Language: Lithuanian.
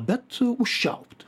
bet užčiaupt